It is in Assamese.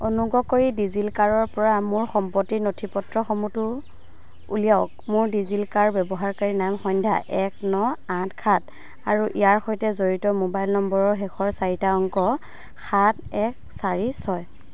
অনুগ্ৰহ কৰি ডিজিলকাৰৰ পৰা মোৰ সম্পত্তিৰ নথিপত্ৰসমূহটো উলিয়াওক মোৰ ডিজিলকাৰ ব্যৱহাৰকাৰী নাম সন্ধ্যা এক ন আঠ সাত আৰু ইয়াৰ সৈতে জড়িত মোবাইল নম্বৰৰ শেষৰ চাৰিটা অংক সাত এক চাৰি ছয়